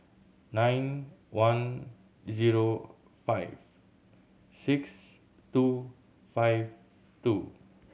nine one zero five six two five two